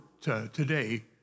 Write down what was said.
today